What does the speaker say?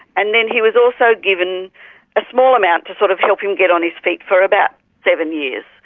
and then he was also given a small amount to sort of help him get on his feet for about seven years,